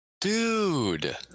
Dude